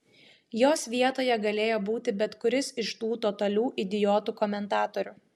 jos vietoje galėjo būti bet kuris iš tų totalių idiotų komentatorių